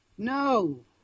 No